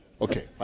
Okay